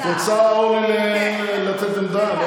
את רוצה לתת עמדה?